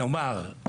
נאמר,